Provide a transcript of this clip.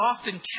often